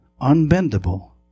unbendable